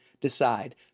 decide